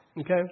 Okay